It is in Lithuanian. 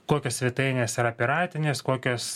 kokios svetainės yra piratinės kokios